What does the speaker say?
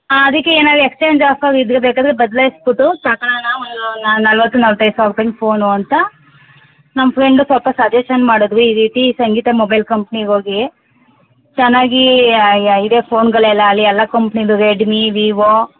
ಆಂ ಅದಕ್ಕೆ ಏನಾದ್ರು exchange offer ಇದ್ದರೆ ಬೇಕಾದರೆ ಬದ್ಲಾಯ್ಸ್ಬಿಟ್ಟು ತಗಳಣ ಒಂದು ನಲ್ವತ್ತು ನಲ್ವತ್ತೈದು ಸಾವಿರ ರೂಪಾಯಿನು ಫೋನು ಅಂತ ನಮ್ಮ ಫ್ರೆಂಡು ಪಾಪ ಸಜೆಶನ್ ಮಾಡದ್ಲು ಈ ರೀತಿ ಸಂಗೀತಾ ಮೊಬೈಲ್ ಕಂಪ್ನಿಗೆ ಹೋಗಿ ಚೆನ್ನಾಗಿ ಇದೆ ಫೋನ್ಗಳೆಲ್ಲ ಅಲ್ಲಿ ಎಲ್ಲ ಕಂಪ್ನಿದು ರೆಡ್ಮಿ ವಿವೋ